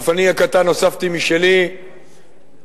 אף אני הקטן הוספתי משלי בציבור,